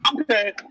Okay